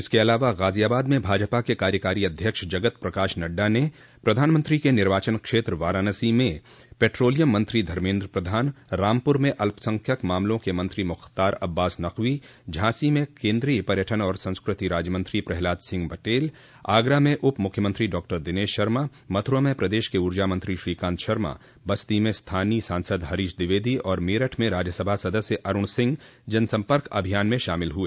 इसके अलावा गाजियाबाद में भाजपा के कार्यकारी अध्यक्ष जगत प्रकाश नड्डा ने प्रधानमंत्री के निर्वाचन क्षेत्र वाराणसी में पेट्रोलियम मंत्री धर्मेन्द्र प्रधान रामपुर में अल्पसंख्यक मामलों के मंत्री मुख्तार अब्बास नकवी झांसी में केन्द्रीय पर्यटन और संस्कृति राज्यमंत्री प्रह्लाद सिंह पटेल आगरा में उप मुख्यमंत्री डॉक्टर दिनेश शर्मा मथुरा में प्रदेश के ऊर्जामंत्री श्रीकांत शर्मा बस्ती में स्थानीय सांसद हरीश द्विवेदी और मेरठ में राज्यसभा सदस्य अरूण सिंह जनसम्पर्क अभियान में शामिल हुए